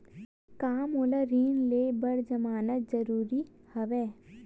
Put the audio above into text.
का मोला ऋण ले बर जमानत जरूरी हवय?